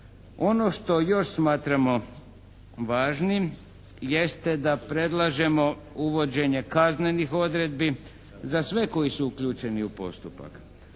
Ono što još smatramo važnim jeste da predlažemo uvođenje kaznenih odredbi za sve koji su uključeni u postupak,